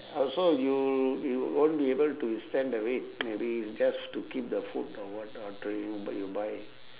also you you won't be able to withstand the rain maybe it's just to keep the food or what uh drink but you buy